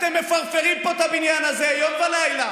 אתם מפרפרים פה את הבניין הזה יום ולילה